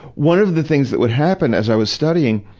one of the things that would happen as i was studying,